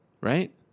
right